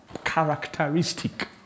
characteristic